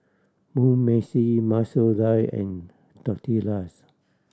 Mugi Meshi Masoor Dal and Tortillas